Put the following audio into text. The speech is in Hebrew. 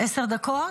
עשר דקות?